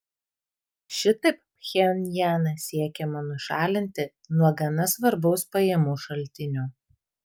šitaip pchenjaną siekiama nušalinti nuo gana svarbaus pajamų šaltinio